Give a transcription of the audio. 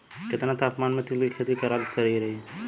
केतना तापमान मे तिल के खेती कराल सही रही?